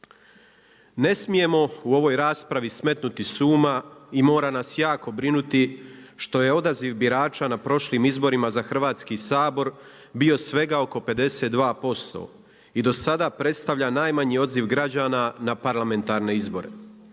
Ne smijemo u ovoj raspravi smetnuti s uma i mora nas jako brinuti što je odaziv birača na prošlim izborima za Hrvatski sabor bio svega oko 52% i do sada predstavlja najmanji odziv građana na parlamentarne izbore,